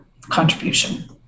contribution